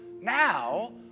now